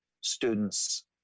students